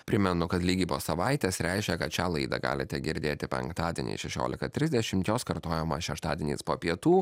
primenu kad lygiai po savaitės reiškia kad šią laidą galite girdėti penktadienį šešiolika trisdešimt jos kartojimas šeštadieniais po pietų